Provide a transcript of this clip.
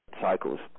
cycles